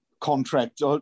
contract